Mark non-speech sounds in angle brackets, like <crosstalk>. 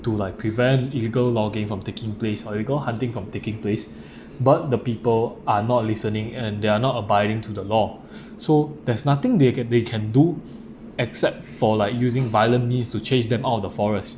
to like prevent illegal logging from taking place or it go hunting from taking place <breath> but the people are not listening and they are not abiding to the law <breath> so there's nothing they can they can do except for like using violent means to chase them out of the forest